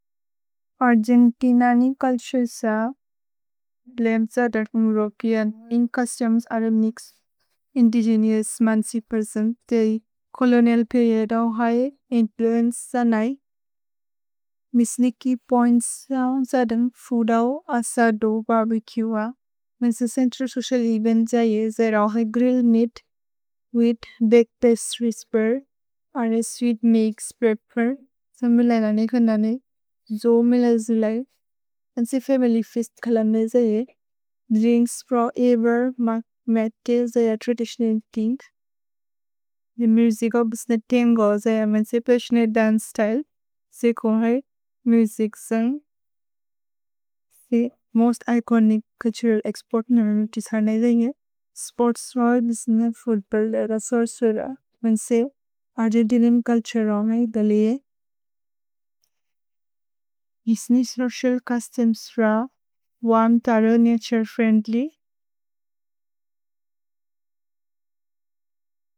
Argentine कि ननि culture सा, ब्लेम् सा दर्पम् रोकिअन् in costumes are mix indigenous, मन्सि पेर्सोन् ते कोलोनिअल् पेरिओद् औ है इन्फ्लुएन्चे स नै। मिस्नि कि पोइन्त्स् सान् सदन् फूद् औ, असदो, बर्बेकुए औ, मेन्सि चेन्त्रल् सोचिअल् एवेन्त् जये जैर् औ है grill meat with baked rice crisper are sweet mix pepper. सान् मिल ननि कोन्दनि जो मिल जिलै मेन्सि फमिल्य् फेअस्त् कोलोनिअल् जये द्रिन्क्स् प्रो एवेर् मक् मते जैर् त्रदितिओनल् थिन्ग्। दे मुसिचौ बिस्ने तन्गो जैर् मेन्सि पस्सिओनते दन्चे स्त्य्ले सेको है मुसिच् सान्। दे मोस्त् इचोनिच् चुल्तुरल् एक्स्पोर्त् न मिमि तिसर् नै जये स्पोर्त् स्व दिस्ने फूद्पिल्ल् रस्वर् स्विर मेन्सि अर्जेन् दिनिम् चुल्तुरेऔमे दल्ये मिस्नि सोचिअल् चोस्तुमेस् र वन् तरो नतुरे फ्रिएन्द्ल्य्।